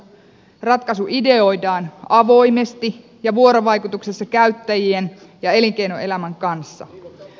ratkaisu ideoidaan avoimesti ja vuorovaikutuksessa käyttäjien ja elinkeinoelämän kanssa